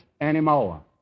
anymore